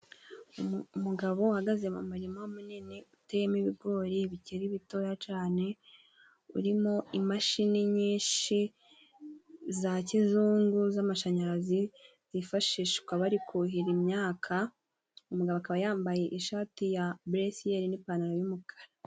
Umugabo uhagaze mu murima munini, uteyemo ibigori bikiri bitoya cane, urimo imashini nyinshi za kizungu, z'amashanyarazi zifashishwa bari kuhira imyaka. Umugabo akaba yambaye ishati ya buresiyeri n'ipantaro y'umukara.